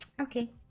okay